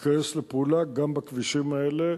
ייכנס לפעולה גם בכבישים האלה.